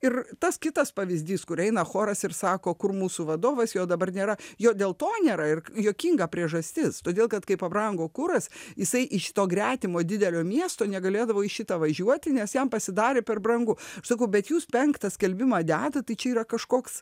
ir tas kitas pavyzdys kur eina choras ir sako kur mūsų vadovas jo dabar nėra jo dėl to nėra ir juokinga priežastis todėl kad kai pabrango kuras jisai iš gretimo didelio miesto negalėdavo į šitą važiuoti nes jam pasidarė per brangu sakau bet jūs penktą skelbimą dedat tai čia yra kažkoks